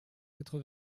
quatre